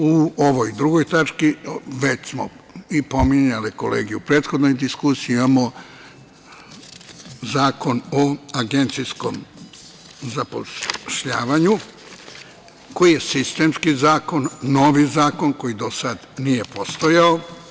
U ovoj drugoj tački, već su i pominjale kolege u prethodnoj diskusiji, imamo Zakon o agencijskom zapošljavanju koji je sistemski zakon, novi zakon koji do sad nije postojao.